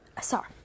Sorry